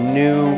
new